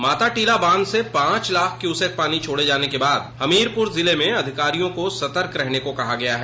माताटीला बांध से पाँच लाख क्यूसेक पानी छोड़े जाने के बाद हमीरपुर जिले में अधिकारियों को सतर्क रहने को कहा गया है